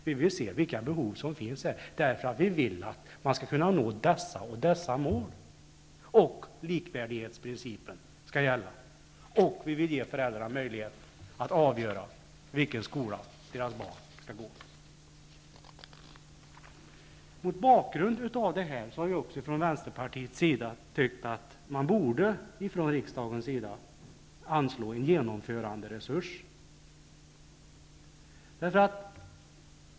Vi vill se vilka behov som finns, eftersom vi vill att man skall kunna nå alla dessa mål. Likvärdighetsprincipen skall gälla, och vi vill ge föräldrar möjlighet att avgöra i vilken skola deras barn skall gå. Mot bakgrund av detta har vi från Vänsterpartiets sida menat att riksdagen borde anslå en genomföranderesurs.